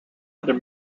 other